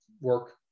work